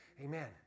Amen